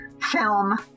film